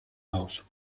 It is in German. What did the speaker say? auf